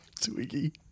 Twiggy